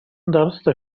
درست